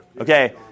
Okay